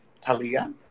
Talia